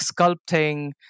sculpting